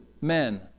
men